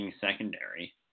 secondary